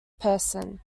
person